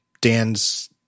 Dan's